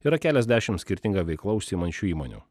yra keliasdešimt skirtinga veikla užsiimančių įmonių